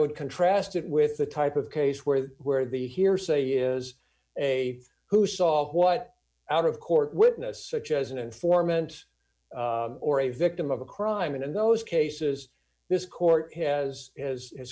would contrast it with the type of case where the where the hearsay is a who saw what out of court witness such as an informant or a victim of a crime and in those cases this court has as has